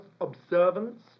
observance